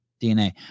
DNA